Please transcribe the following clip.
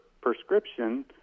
prescription